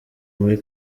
muri